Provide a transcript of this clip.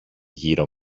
γύρω